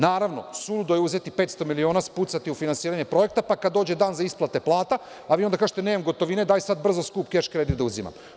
Naravno, suludo je uzeti 500 miliona, spucati u finansiranje projekta pa kada dođe dan za isplate plata, a vi onda kažete – nema gotovine, daj sad brzo skup keš kredit da uzimam.